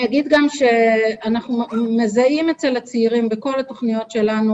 אנחנו מזהים אצל הצעירים בכל התוכניות שלנו